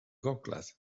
gogledd